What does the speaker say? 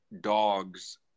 Dogs